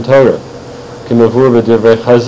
Torah